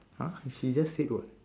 !huh! he just said what